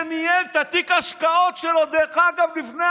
שניהל את תיק ההשקעות שלו, דרך אגב, לפני